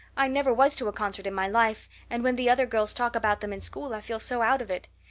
i never was to a concert in my life, and when the other girls talk about them in school i feel so out of it.